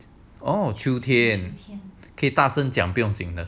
oh 秋天秋天可以大声讲不用紧的